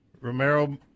Romero